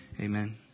Amen